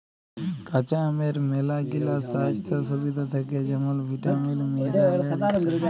কাঁচা আমের ম্যালাগিলা স্বাইস্থ্য সুবিধা থ্যাকে যেমল ভিটামিল, মিলারেল ইত্যাদি